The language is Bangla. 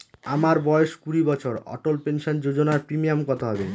আমার বয়স কুড়ি বছর অটল পেনসন যোজনার প্রিমিয়াম কত হবে?